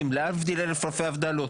ובכל הדברים האלה להבדיל אלף אלפי הבדלות